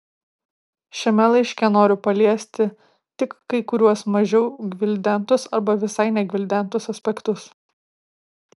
šiame laiške noriu paliesti tik kai kuriuos mažiau gvildentus arba visai negvildentus aspektus